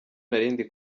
narindi